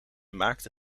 maakte